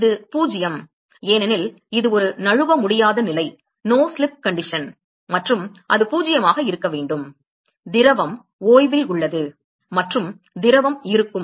இது 0 ஏனெனில் இது ஒரு நழுவ முடியாத நிலை மற்றும் அது 0 ஆக இருக்க வேண்டும் திரவம் ஓய்வில் உள்ளது மற்றும் திரவம் இருக்கும்